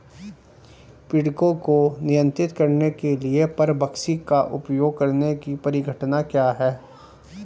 पीड़कों को नियंत्रित करने के लिए परभक्षी का उपयोग करने की परिघटना क्या है?